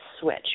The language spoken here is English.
switch